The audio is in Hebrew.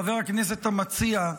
חבר הכנסת המציע,